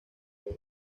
obra